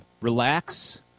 relax